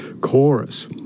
chorus